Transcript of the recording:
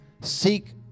seek